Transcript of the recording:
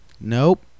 Nope